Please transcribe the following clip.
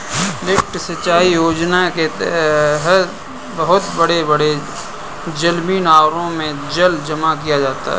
lift सिंचाई योजना के तहद बहुत बड़े बड़े जलमीनारों में जल जमा किया जाता है